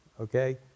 Okay